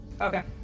Okay